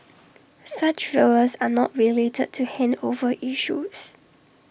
such failures are not related to handover issues